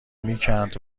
میکند